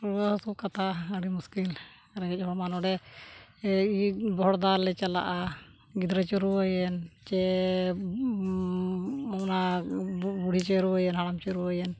ᱨᱩᱣᱟᱹᱼᱦᱟᱹᱥᱩ ᱠᱟᱛᱷᱟ ᱟᱹᱰᱤ ᱢᱩᱥᱠᱤᱞ ᱨᱮᱸᱜᱮᱡ ᱦᱚᱲ ᱢᱟ ᱱᱚᱸᱰᱮ ᱤᱭᱟᱹ ᱵᱷᱚᱲᱫᱟᱞᱮ ᱪᱟᱞᱟᱜᱼᱟ ᱜᱤᱫᱽᱨᱟᱹ ᱪᱚ ᱨᱩᱣᱟᱹᱭᱮᱱ ᱪᱮ ᱚᱱᱟ ᱵᱩᱰᱷᱤ ᱪᱚ ᱨᱩᱣᱟᱹᱭᱮᱱ ᱦᱟᱲᱟᱢ ᱪᱚ ᱨᱩᱣᱟᱹᱭᱮᱱ